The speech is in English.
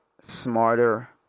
smarter